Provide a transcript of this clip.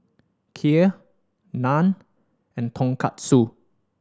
Kheer Naan and Tonkatsu